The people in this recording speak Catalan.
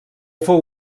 fou